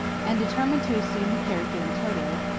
and determined to assume the character in toto,